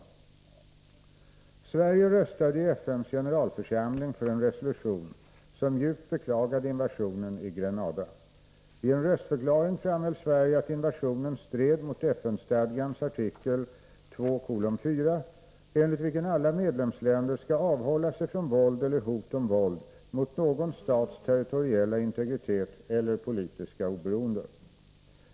Torsdagen den Sverige röstade i FN:s generalförsamling för en resolution som djupt 10 november 1983 beklagade invasionen i Grenada. I en röstförklaring framhöll Sverige att Om konsekvenserder skall avhålla sig från våld eller hot om våld mot någon stats territoriella — 4 av utvecklingen i integritet eller politiska oberoende.